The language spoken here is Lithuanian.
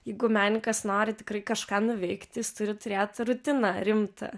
jeigu menininkas nori tikrai kažką nuveikt jis turi turėt rutiną rimtą